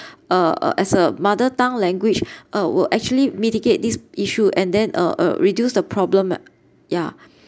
uh uh as a mother tongue language uh will actually mitigate this issue and then uh uh reduce the problem yeah